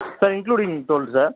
sir including toll sir